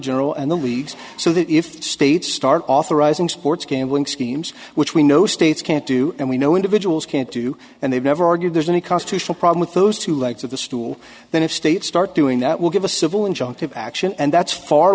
general and the leagues so that if states start authorizing sports gambling schemes which we know states can't do and we know individuals can't do and they've never argued there's any constitutional problem with those two legs of the stool that if states start doing that will give a civil injunctive action and that's far